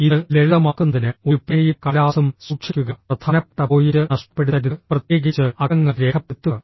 ഇത് ലളിതമാക്കുന്നതിന് ഒരു പേനയും കടലാസും സൂക്ഷിക്കുക പ്രധാനപ്പെട്ട പോയിന്റ് നഷ്ടപ്പെടുത്തരുത് പ്രത്യേകിച്ച് അക്കങ്ങൾ രേഖപ്പെടുത്തുക